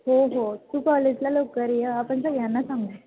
हो हो तू कॉलेजला लवकर ये आपण सगळ्यांना सांगू